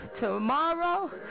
tomorrow